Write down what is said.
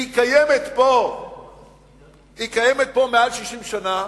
היא קיימת פה יותר מ-60 שנה.